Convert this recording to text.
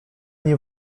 nie